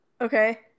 Okay